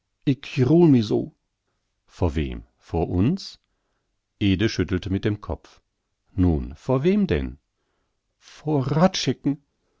vor wem vor uns ede schüttelte mit dem kopf nun vor wem denn